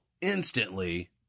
instantly